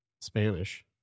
Spanish